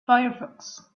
firefox